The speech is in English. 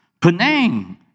Penang